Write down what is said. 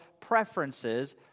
preferences